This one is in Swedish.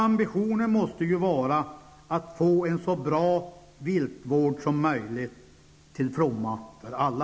Ambitionen måste ju vara att få en så bra viltvård som möjligt -- till fromma för alla.